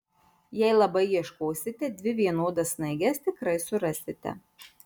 jei labai ieškosite dvi vienodas snaiges tikrai surasite